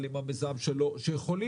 והמיזם שלו ANYWAY